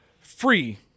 free